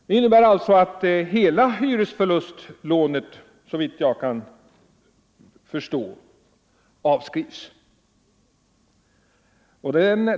Det innebär att hela hyresförlustlånet, såvitt jag kan förstå, avskrivs.